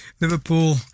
Liverpool